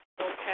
Okay